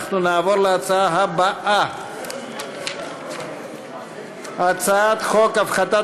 אנחנו נעבור להצעה הבאה: הצעת חוק הפחתת